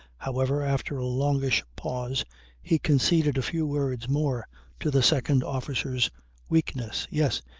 however, after a longish pause he conceded a few words more to the second officer's weakness. yes.